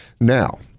Now